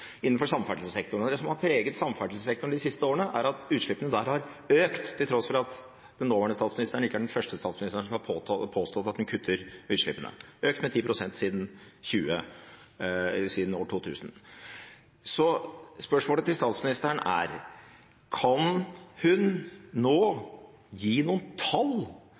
innenfor samferdselssektoren. Det som har preget samferdselssektoren de siste årene, er at utslippene der har økt, til tross for at den nåværende statsministeren ikke er den første statsministeren som har påstått at man kutter utslippene. De har økt med 10 pst. siden år 2000. Så spørsmålet til statsministeren er: Kan hun nå gi noen tall